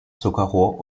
zuckerrohr